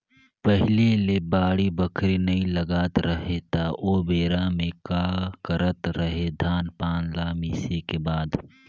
पहिले ले बाड़ी बखरी नइ लगात रहें त ओबेरा में का करत रहें, धान पान ल मिसे के बाद